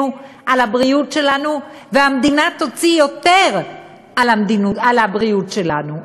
על הבריאות שלנו והמדינה תוציא יותר על הבריאות שלנו.